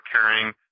carrying